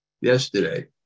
yesterday